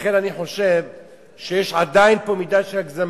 לכן אני חושב שעדיין יש פה מידה של הגזמה.